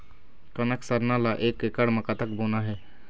कनक सरना ला एक एकड़ म कतक बोना हे?